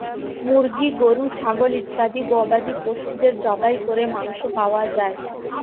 মুরগি, গরু, ছাগল ইত্যাদি গবাদি পশুদের জবাই করে মাংস পাওয়া যায়